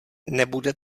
nebude